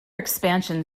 expansion